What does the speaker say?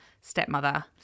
stepmother